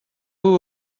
vous